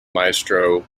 maestro